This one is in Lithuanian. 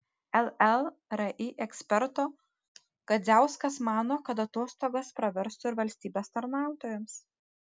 llri eksperto kadziauskas mano kad atostogos praverstų ir valstybės tarnautojams